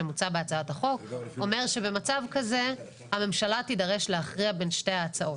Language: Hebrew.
שמוצע בהצעת החוק אומר שבמצב כזה הממשלה תידרש להכריע בין שתי ההצעות.